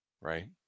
Right